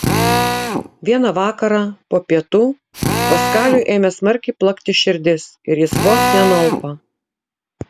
vieną vakarą po pietų paskaliui ėmė smarkiai plakti širdis ir jis vos nenualpo